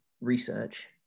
research